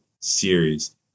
Series